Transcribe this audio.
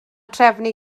drefnu